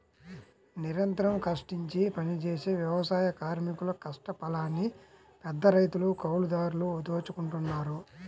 నిరంతరం కష్టించి పనిజేసే వ్యవసాయ కార్మికుల కష్టఫలాన్ని పెద్దరైతులు, కౌలుదారులు దోచుకుంటన్నారు